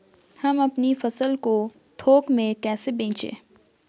हम अपनी फसल को थोक में कैसे बेचें?